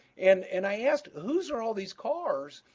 and and i asked, whose are all these cars,